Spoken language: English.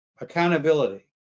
accountability